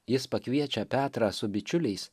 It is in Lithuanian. jis pakviečia petrą su bičiuliais